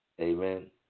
Amen